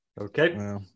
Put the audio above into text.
Okay